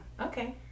okay